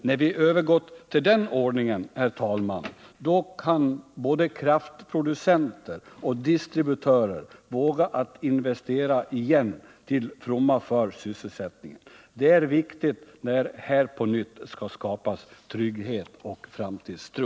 När vi övergått till den ordningen, herr talman, då kan både kraftproducenter och distributörer våga investera igen till fromma för sysselsättningen. Det är viktigt när här på nytt skall skapas trygghet och framtidstro.